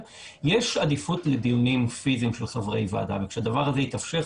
יש עדיפות לדיונים פיזיים של חברי ועדה וכשהדבר הזה יתאפשר,